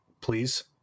please